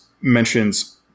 mentions